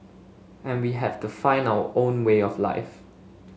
and we have to find our own way of life